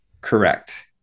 Correct